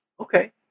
Okay